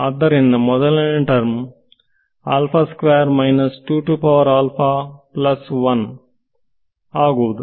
ಆದ್ದರಿಂದ ಮೊದಲನೇ ಟರ್ಮ್ ಆಗುವುದು